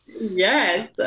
yes